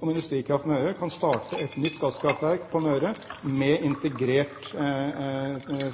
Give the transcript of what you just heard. om Industrikraft Møre kunne starte et nytt gasskraftverk på Møre med integrert